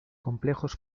complejos